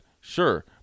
Sure